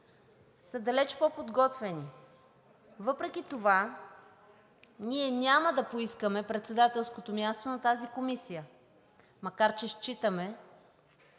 са далеч по-подготвени. Въпреки това ние няма да поискаме председателското място на тази комисия, макар че считаме,